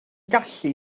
gallu